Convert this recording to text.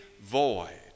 void